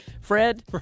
Fred